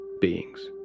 beings